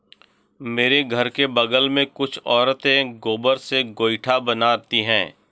मेरे घर के बगल में कुछ औरतें गोबर से गोइठा बनाती है